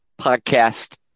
podcast